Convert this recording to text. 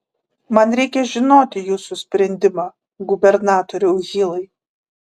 man reikia žinoti jūsų sprendimą gubernatoriau hilai